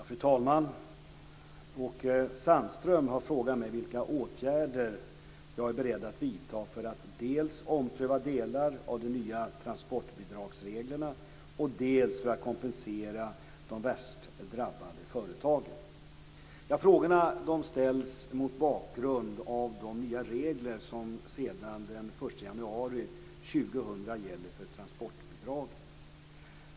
Fru talman! Åke Sandström har frågat mig vilka åtgärder jag är beredd att vidta för att dels ompröva delar av de nya transportbidragsreglerna, dels kompensera de värst drabbade företagen. Frågorna ställs mot bakgrund av de nya regler som sedan den 1 januari 2000 gäller för transportbidraget.